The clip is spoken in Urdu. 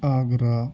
آگرہ